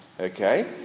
Okay